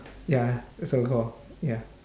ya uh so call ya